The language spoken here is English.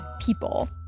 people